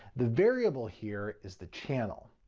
the variable here is the channel.